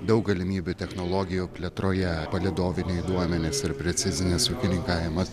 daug galimybių technologijų plėtroje palydoviniai duomenys ir precizinis ūkininkavimas